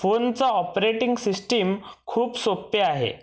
फोनचं operating system खूप सोपे आहे